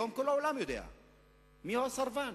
היום כל העולם יודע מיהו הסרבן.